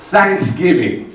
Thanksgiving